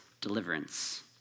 deliverance